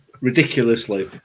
ridiculously